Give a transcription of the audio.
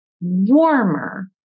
warmer